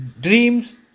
dreams